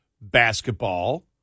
basketball